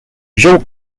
wziął